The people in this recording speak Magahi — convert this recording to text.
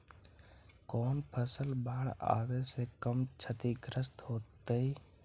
कौन फसल बाढ़ आवे से कम छतिग्रस्त होतइ?